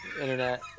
internet